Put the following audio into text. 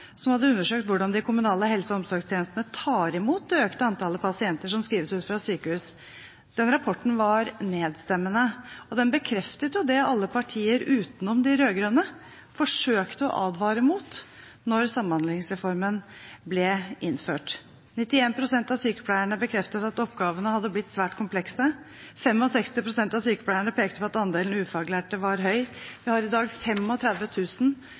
hadde undersøkt hvordan de kommunale helse- og omsorgstjenestene tar imot det økte antallet pasienter som skrives ut fra sykehus. Den rapporten var nedstemmende, og den bekreftet det alle partier, bortsett fra de rød-grønne, forsøkte å advare mot da Samhandlingsreformen ble innført. 91 pst. av sykepleierne bekreftet at oppgavene hadde blitt svært komplekse. 65 pst. av sykepleierne pekte på at andelen ufaglærte var høy. Vi har i dag